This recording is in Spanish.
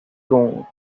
gun